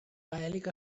gaèlic